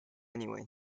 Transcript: anyway